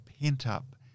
pent-up